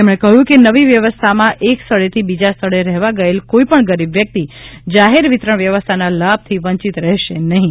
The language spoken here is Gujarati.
તેમણે કહ્યું કે નવી વ્યવસ્થામાં એક સ્થળેથી બીજા સ્થળે રહેવા ગયેલ કોઇપણ ગરીબ વ્યક્તિ જાહેરવિતરણ વ્યવસ્થાના લાભથી વંચિત રહેશે નહિં